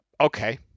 Okay